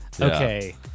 Okay